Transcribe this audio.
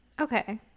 okay